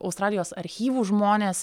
australijos archyvų žmonės